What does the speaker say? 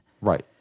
Right